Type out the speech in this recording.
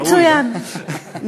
ראוי, לא?